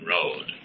Road